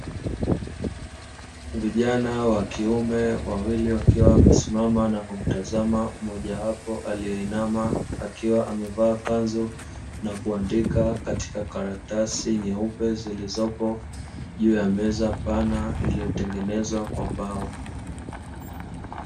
Vijana wa kiume wawili wakiwa wamesimama na kumtazama mmojawapo aliyoinama, akiwa amevaa kanzu na kuandika katika karatasi nyeupe zilizopo juu ya meza pana iliyotengenezwa kwa mbao.